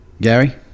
Gary